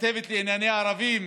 כתבת לענייני ערבים